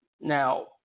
Now